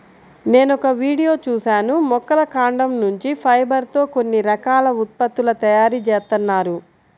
నేనొక వీడియో చూశాను మొక్కల కాండం నుంచి ఫైబర్ తో కొన్ని రకాల ఉత్పత్తుల తయారీ జేత్తన్నారు